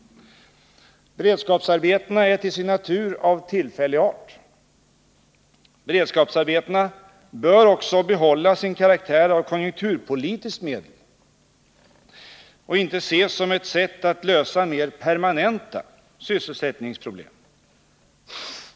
Beredskapsarbetena är till sin natur av tillfällig art. Beredskapsarbetena bör också behålla sin karaktär av konjunkturpolitiskt medel och inte ses som ett sätt att lösa mer permanenta sysselsättningsproblem.